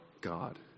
God